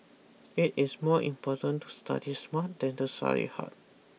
it is more important to study smart than to study hard